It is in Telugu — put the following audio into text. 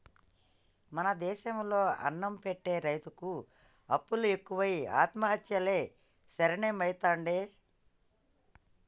మన దేశం లో అన్నం పెట్టె రైతుకు అప్పులు ఎక్కువై ఆత్మహత్యలే శరణ్యమైతాండే